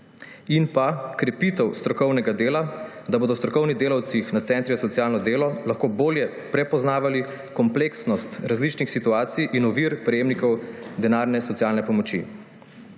In pa krepitev strokovnega dela, da bodo strokovni delavci na centrih za socialno delo lahko bolje prepoznavali kompleksnost različnih situacij in ovir prejemnikov denarne socialne pomoči.